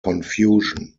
confusion